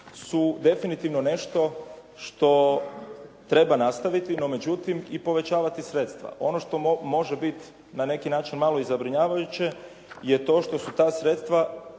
su definitivno nešto što treba nastaviti, no međutim i povećavati sredstva. Ono što može biti na neki način malo i zabrinjavajuće je to što su ta sredstva